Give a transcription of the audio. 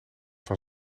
van